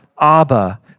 Abba